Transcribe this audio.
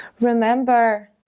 remember